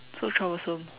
so troublesome